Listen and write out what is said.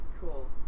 Cool